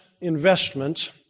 investment